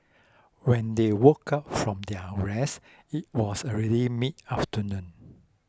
when they woke up from their rest it was already mid afternoon